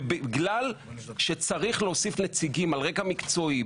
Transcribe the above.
ובגלל שצריך להוסיף נציגים על רקע מקצועי,